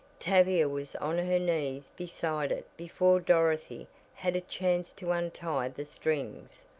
tavia was on her knees beside it before dorothy had a chance to untie the strings.